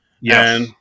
Yes